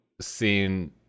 seen